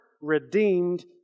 redeemed